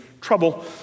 Trouble